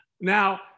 Now